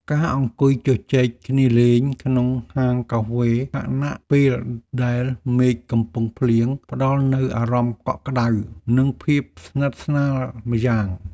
ការអង្គុយជជែកគ្នាលេងក្នុងហាងកាហ្វេខណៈពេលដែលមេឃកំពុងភ្លៀងផ្តល់នូវអារម្មណ៍កក់ក្តៅ និងភាពស្និទ្ធស្នាលម្យ៉ាង។